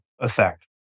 effect